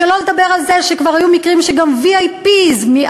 שלא לדבר על זה שכבר היו מקרים שגם VIP מעזה